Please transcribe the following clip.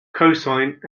cosine